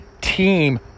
team